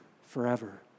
forever